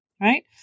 right